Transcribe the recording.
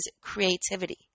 creativity